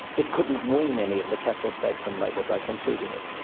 it couldn't wean any of the catholic vote from labor by conceding it.